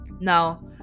Now